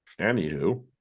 Anywho